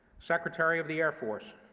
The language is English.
secretary of the air force.